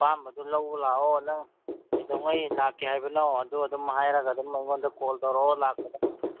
ꯑꯄꯥꯝꯕꯗꯨ ꯂꯧꯕ ꯂꯥꯛꯑꯣ ꯅꯪ ꯀꯩꯗꯧꯉꯩ ꯂꯥꯛꯀꯦ ꯍꯥꯏꯕꯅꯣ ꯑꯗꯨ ꯑꯗꯨꯝ ꯍꯥꯏꯔꯒ ꯑꯗꯨꯝ ꯑꯩꯉꯣꯟꯗ ꯀꯣꯜ ꯇꯧꯔꯛꯑꯣ ꯂꯥꯛꯄꯗ